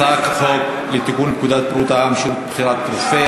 הצעת החוק לתיקון פקודת בריאות העם (שירות בחירת רופא),